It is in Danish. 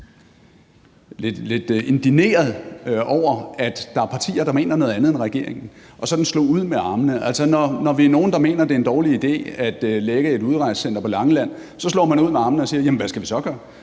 lidt indigneret over, at der er partier, der mener noget andet end regeringen, og sådan slog ud med armene. Altså, når vi er nogle, der mener, at det er en dårlig idé at lægge et udrejsecenter på Langeland, slår man ud med armene og siger: Hvad skal vi så gøre?